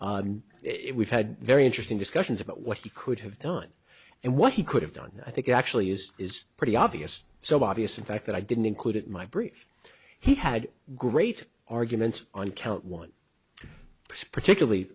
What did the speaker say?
it we've had very interesting discussions about what he could have done and what he could have done i think actually is is pretty obvious so obvious in fact that i didn't include it my brief he had great arguments on count one it's particularly